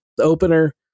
opener